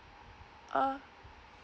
uh